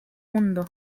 mundo